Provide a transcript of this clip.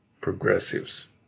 Progressives